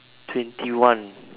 twenty one